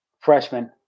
freshman